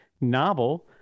novel